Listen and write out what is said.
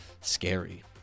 scary